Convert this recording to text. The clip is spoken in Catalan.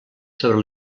sobre